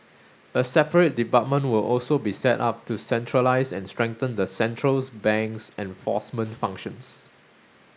a separate department will also be set up to centralise and strengthen the central bank's enforcement functions